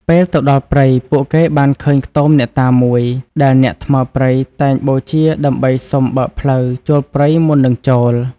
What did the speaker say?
ពេលទៅដល់ព្រៃ ពួកគេបានឃើញខ្ទមអ្នកតាមួយ ដែលអ្នកថ្មើរព្រៃតែងបូជាដើម្បីសុំបើកផ្លូវចូលព្រៃមុននឹងចូល។